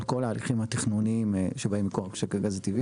על כל ההליכים התכנוניים שבאים מכוח משק הגז הטבעי,